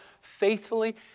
faithfully